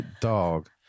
dog